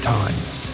times